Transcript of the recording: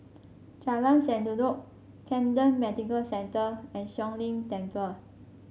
Jalan Sendudok Camden Medical Centre and Siong Lim Temple